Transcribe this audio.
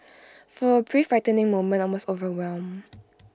for A brief frightening moment I was overwhelmed